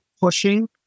pushing